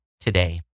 today